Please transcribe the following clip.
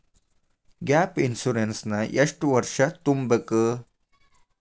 Gap insurance ನ ಎಷ್ಟ್ ವರ್ಷ ತುಂಬಕು?